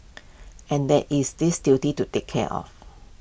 and there is this duty to take care of